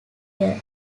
year